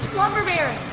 lumber baron,